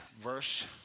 verse